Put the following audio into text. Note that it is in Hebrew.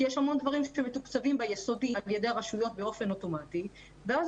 כי יש המון דברים שמתוקצבים ביסודי על ידי הרשויות באופן אוטומטי ואז